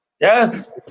Yes